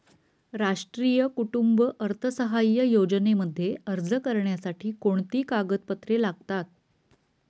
राष्ट्रीय कुटुंब अर्थसहाय्य योजनेमध्ये अर्ज करण्यासाठी कोणती कागदपत्रे लागतात?